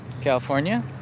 California